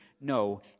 no